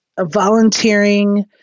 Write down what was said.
volunteering